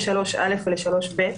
לסעיף (3א) ול-(3ב),